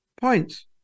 points